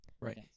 right